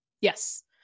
Yes